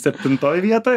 septintoj vietoj